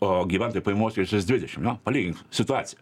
o gyventojų pjamų išvis dvidešim jo palygink situaciją